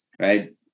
Right